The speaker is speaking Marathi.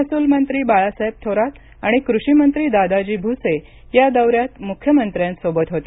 महसूल मंत्री बाळासाहेब थोरात आणि कृषिमंत्री दादाजी भुसे या दौऱ्यात मुख्यमंत्र्यांसोबत होते